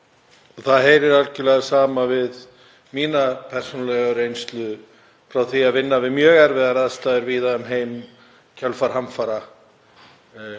Það stemmir algjörlega við mína persónulegu reynslu af því að vinna við mjög erfiðar aðstæður víða um heim í kjölfar hamfara.